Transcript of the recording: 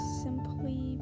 simply